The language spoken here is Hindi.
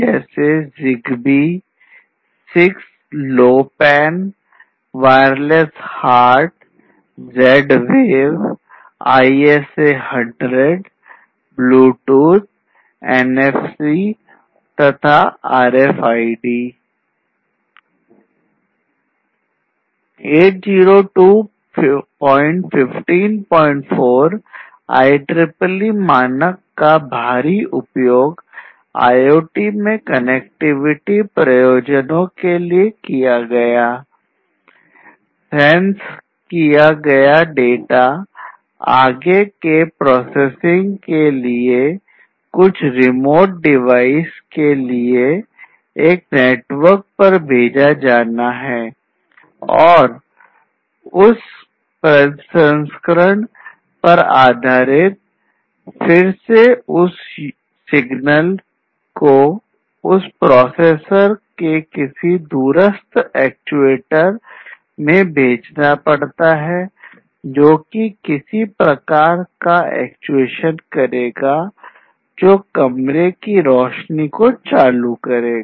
802154 IEEE मानक का भारी उपयोग IoT में कनेक्टिविटी प्रयोजनों में भेजना पड़ता है जोकि किसी प्रकार का एक्चुएशन करेगा जो एक कमरे की रोशनी को चालू करेगा